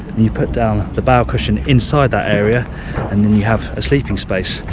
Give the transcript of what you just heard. you put down the bow cushion inside that area and then you have a sleeping space,